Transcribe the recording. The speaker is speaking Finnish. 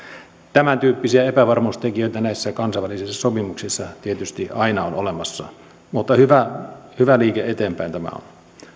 tämäntyyppisiä epävarmuustekijöitä näissä kansainvälisissä sopimuksissa tietysti aina on olemassa mutta hyvä hyvä liike eteenpäin tämä on